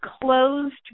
closed